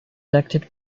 elected